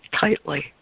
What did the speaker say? tightly